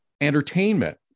entertainment